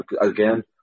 again